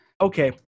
Okay